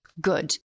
good